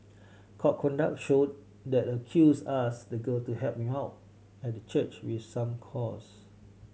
court documents showed that the accused asked the girl to help him out at the church with some chores